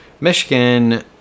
Michigan